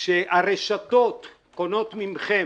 כשהרשתות קונות מכם